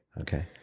Okay